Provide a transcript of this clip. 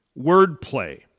wordplay